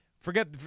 Forget